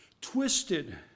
twisted